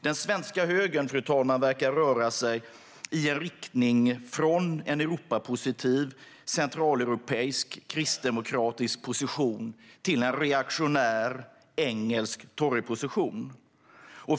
Den svenska högern verkar röra sig från en Europapositiv, centraleuropeisk, kristdemokratisk position till en reaktionär, engelsk Toryposition.